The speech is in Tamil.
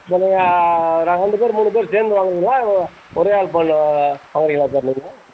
இதிலையே நாங்கள் ரெண்டுப் பேர் மூணுப் பேர் சேர்ந்து வாங்கிறீங்களா ஒரே ஆள் வாங்கிறீங்களா நீங்கள்